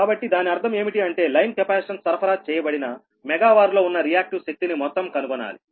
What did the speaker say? కాబట్టి దాని అర్థం ఏమిటి అంటే లైన్ కెపాసిటెన్స్ సరఫరా చేయబడిన మెగావార్ లో ఉన్న రియాక్టివ్ శక్తి ని మొత్తం కనుగొనాలి